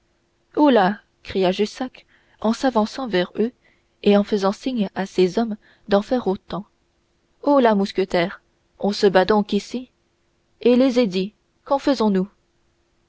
cria jussac en s'avançant vers eux et en faisant signe à ses hommes d'en faire autant holà mousquetaires on se bat donc ici et les édits qu'en faisons-nous